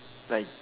like